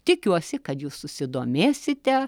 tikiuosi kad jūs susidomėsite